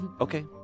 Okay